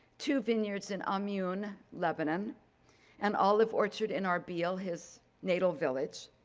two vineyards in um yeah amioun, lebanon an olive orchard in ah erbil, his natal village,